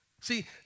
See